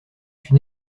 une